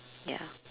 ya